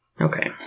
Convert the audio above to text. Okay